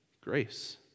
Grace